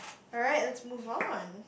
alright let's move on